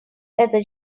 этот